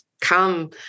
come